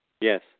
Yes